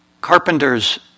Carpenters